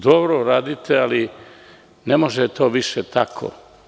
Dobro, radite, ali ne može to više tako.